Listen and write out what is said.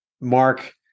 Mark